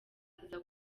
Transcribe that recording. aza